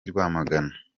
rwamagana